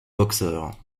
boxeur